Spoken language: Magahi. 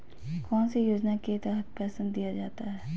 कौन सी योजना के तहत पेंसन दिया जाता है?